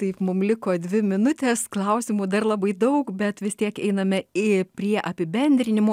taip mum liko dvi minutės klausimų dar labai daug bet vis tiek einame į prie apibendrinimų